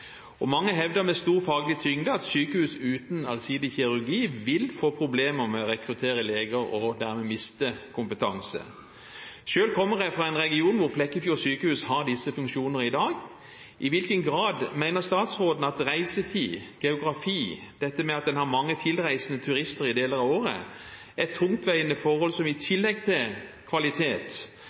Og mange hevder med stor faglig tyngde at sykehus uten allsidig kirurgi vil få problemer med å rekruttere leger og dermed miste kompetanse. Selv kommer jeg fra en region der Flekkefjord sykehus har disse funksjonene i dag. I hvilken grad mener statsråden at reisetid, geografi og dette med at en har mange tilreisende turister i deler av året, er tungtveiende forhold som i tillegg til kvalitet